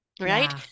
Right